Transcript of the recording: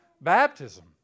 Baptism